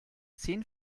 zehn